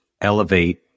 elevate